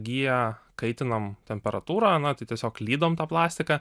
giją kaitinam temperatūrą na tai tiesiog lydom tą plastiką